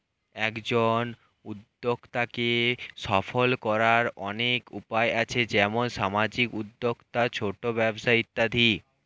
একজন উদ্যোক্তাকে সফল করার অনেক উপায় আছে, যেমন সামাজিক উদ্যোক্তা, ছোট ব্যবসা ইত্যাদি